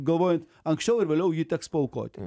galvojant anksčiau ar vėliau jį teks paaukoti